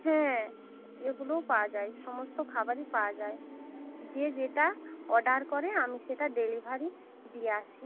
হ্যাঁ এগুলোও পাওয়া যায় সমস্ত খাবারই পাওয়া যায় যে যেটা অর্ডার করে আমি সেটা ডেলিভারি দিয়ে আসি